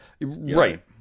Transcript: right